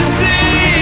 see